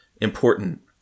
important